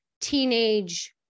teenage